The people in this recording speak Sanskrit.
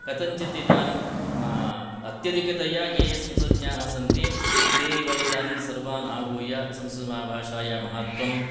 कथञ्चित् इदानीम् अत्यदिकतया ये संस्कृतज्ञाः सन्ति ते एव इदानीं सर्वान् आहूय संस्कृत भाषायाः महत्वं